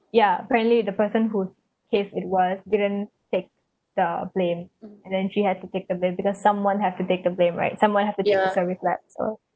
ya apparently the person whose case it was didn't take the blame and then she had to take the blame because someone have to take the blame right someone have to deal with that so